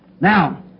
Now